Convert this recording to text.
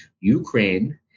Ukraine